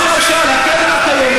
אז למשל הקרן הקיימת,